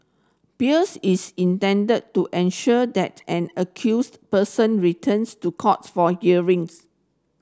bails is intended to ensure that an accused person returns to court for hearings